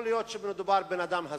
יכול להיות שמדובר בבן אדם הזוי,